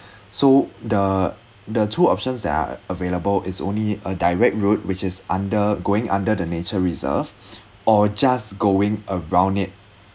so the the two options that are available is only a direct route which is under going under the nature reserve or just going around it